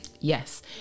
Yes